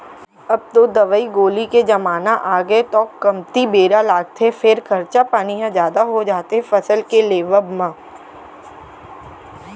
अब तो दवई गोली के जमाना आगे तौ कमती बेरा लागथे फेर खरचा पानी ह जादा हो जाथे फसल के लेवब म